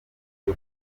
byo